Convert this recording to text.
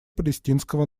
палестинского